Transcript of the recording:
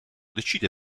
decide